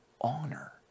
honor